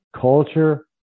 culture